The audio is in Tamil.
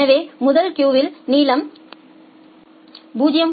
எனவே முதல் கியூவின் நீளம் 0